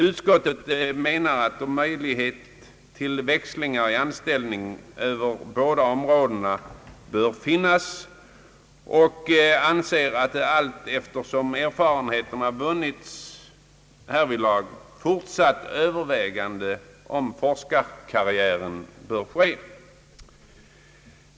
Utskottet menar att möjlighet till växlingar i anställning mellan båda dessa områden bör finnas och anser att allteftersom erfarenheter vunnits fortsatta överväganden om forskarkarriären bör ske.